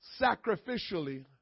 sacrificially